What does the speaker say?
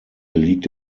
liegt